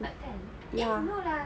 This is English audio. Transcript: cepat kan eh no lah